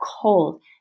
cold